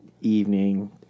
evening